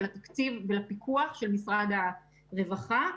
לתקציב ולפיקוח של משרד הרווחה.